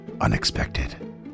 unexpected